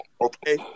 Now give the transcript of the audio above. Okay